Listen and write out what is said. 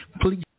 Please